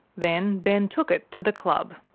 then ben took it to the club.